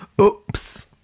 oops